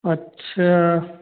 अच्छा